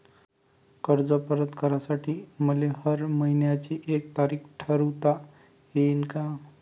कर्ज परत करासाठी मले हर मइन्याची एक तारीख ठरुता येईन का?